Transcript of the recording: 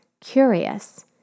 curious